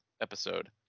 episode